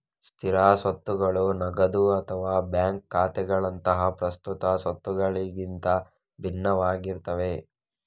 ಸ್ಥಿರ ಸ್ವತ್ತುಗಳು ನಗದು ಅಥವಾ ಬ್ಯಾಂಕ್ ಖಾತೆಗಳಂತಹ ಪ್ರಸ್ತುತ ಸ್ವತ್ತುಗಳಿಗಿಂತ ಭಿನ್ನವಾಗಿರ್ತವೆ